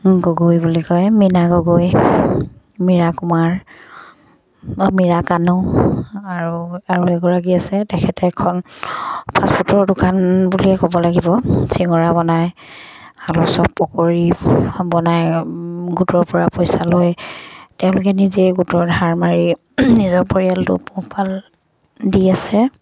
গগৈ বুলি কয় মীনা গগৈ মীৰা কুমাৰ মীৰা কানু আৰু আৰু এগৰাকী আছে তেখেতে এখন ফাষ্টফুডৰ দোকান বুলিয়ে ক'ব লাগিব চিঙৰা বনাই আলু চপ পকৰি বনাই গোটৰ পৰা পইচা লৈ তেওঁলোকে নিজে গোটৰ ধাৰ মাৰি নিজৰ পৰিয়ালটো পোহপাল দি আছে